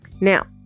Now